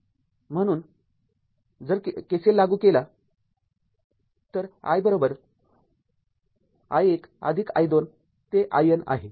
म्हणून जर KCL लागू केला तर i i १ i २ ते iN आहे